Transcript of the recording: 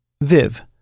Viv